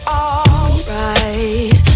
alright